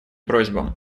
просьбам